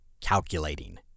calculating